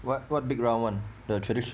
what what big round [one] the tradition